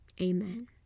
amen